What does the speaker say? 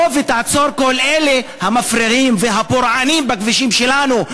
בוא ותעצור כל אלה המפריעים והפורעים בכבישים שלנו,